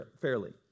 fairly